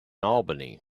albany